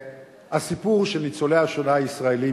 הסיפור של ניצולי השואה הישראלים,